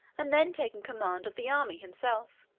and then taking command of the army himself.